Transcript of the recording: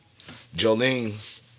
Jolene